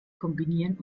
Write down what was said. kombinieren